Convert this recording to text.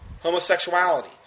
Homosexuality